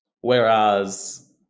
Whereas